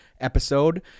episode